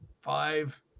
five